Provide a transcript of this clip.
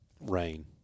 Rain